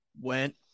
went